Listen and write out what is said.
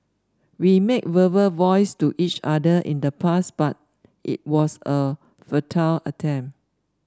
we made verbal vows to each other in the past but it was a futile attempt